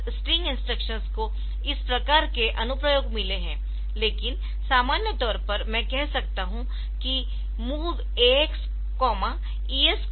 तो इस string instructions को इस प्रकार के अनुप्रयोग मिले है लेकिन सामान्य तौर पर मैं कह सकता हूं कि MOV AX ESDI